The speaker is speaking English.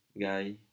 guy